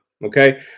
Okay